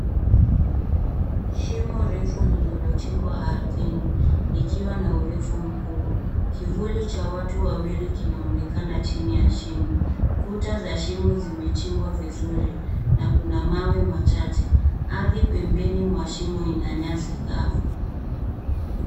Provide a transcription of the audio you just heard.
Shimo refu lililochimbwa ardhini, likiwa na urefu mkubwa. Kivuli cha watu wawili kinaonekana chini ya shimo. Kuta za shimo zimechimbwa vizuri na kuna mawe machache. Ardhi pembeni mwa shimo ina nyasi kavu.